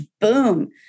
boom